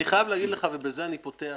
אני חייב להגיד לך, ובזה אני פותח,